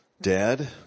dad